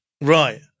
Right